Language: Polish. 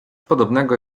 podobnego